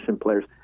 players